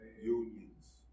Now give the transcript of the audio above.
unions